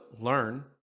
learn